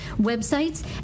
websites